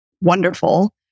wonderful